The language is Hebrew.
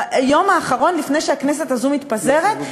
ביום האחרון לפני שהכנסת הזו מתפזרת,